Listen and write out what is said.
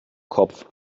kopf